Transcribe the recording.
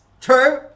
True